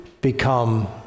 become